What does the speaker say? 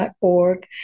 .org